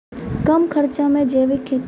कम खर्च मे जैविक खेती?